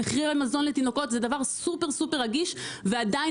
מחיר המזון לתינוקות זה דבר סופר רגיש ועדיין